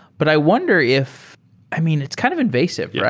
but i wonder if i mean, it's kind of invasive. yeah